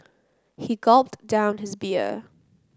he gulped down his beer